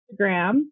Instagram